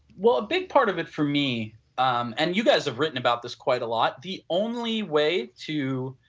well, a big part of it for me um and you guys have written about this quite a lot. the only way to